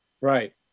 Right